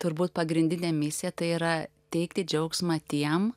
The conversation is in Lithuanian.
turbūt pagrindinė misija tai yra teikti džiaugsmą tiem